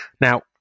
Now